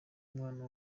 umwana